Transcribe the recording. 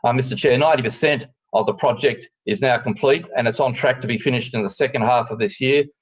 um mr chair, ninety percent of the project is now complete, and it's on track to be finished in the second half of this year,